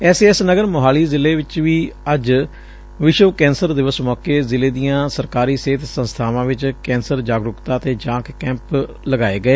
S A S Nagar Mohali ਜ਼ਿਲੇ ਚ ਵੀ ਅੱਜ ਵਿਸ਼ ਵ ਕੈਂਸਰ ਦਿਵਸ ਮੌਕੇ ਜ਼ਿ ਲੇ ਦੀਆਂ ਸਰਕਾਰੀ ਸਿਹਤ ਸੰਸਬਾਵਾਂ ਵਿਚ ਕੈਂਸਰ ਜਾਗਰੁਕਤਾ ਅਤੇ ਜਾਂਚ ਕੈਂਪ ਲਗਾਏ ਗਏ